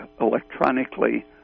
electronically